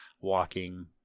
walking –